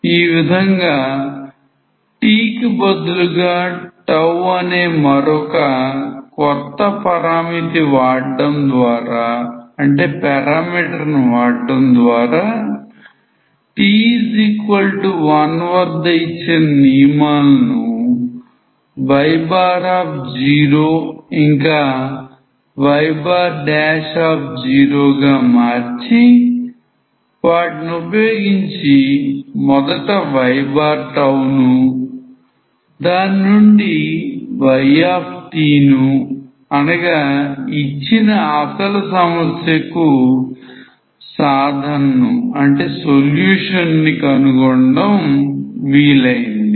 ఈ విధంగా 't' కి బదులుగా τఅనే మరొక కొత్త పరామితి వాడడం ద్వారా t1 వద్ద ఇచ్చిన నియమాలను y0 ఇంకా y0 గా మార్చి వాటిని ఉపయోగించి మొదట yను దాన్నుండి yను అనగా ఇచ్చిన అసలు సమస్యకు సాధన కనుగొనడం వీలైంది